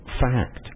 fact